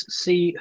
see